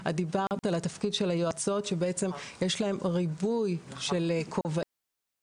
את דיברת על התפקיד של היועצות שבעצם יש להן ריבוי של כובעים,